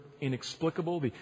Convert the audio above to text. inexplicable